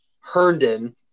Herndon